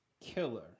killer